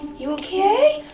you okay?